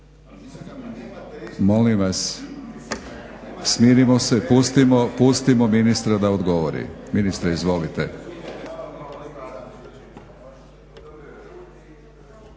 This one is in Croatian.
Molim vas, smirimo se, pustimo ministra da odgovori. Ministre, izvolite.